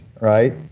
right